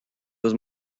was